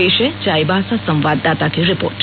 पेश है चाईबासा संवाददाता की रिपोर्ट